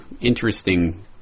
interesting